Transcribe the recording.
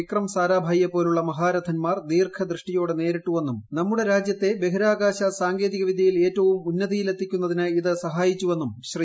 വിക്രംസാരാഭായിയെ പോലുള്ള മഹാരഥന്മാർ ദീർഘദൃഷ്ടിയോടെ നേരിട്ടുവെന്നും നമ്മുടെ രാജ്യത്തെ ബഹിരാകാശ സാങ്കേതികവിദ്യയിൽ ഏറ്റവുംഉന്നതിയിലെത്തിക്കുന്നതിന് ഇത് സഹായിച്ചു വെന്നും ശ്രീ